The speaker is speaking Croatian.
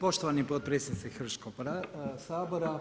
Poštovani potpredsjedniče Hrvatskog sabora.